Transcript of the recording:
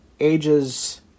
Ages